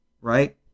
right